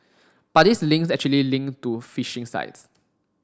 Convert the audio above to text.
but these links actually link to phishing sites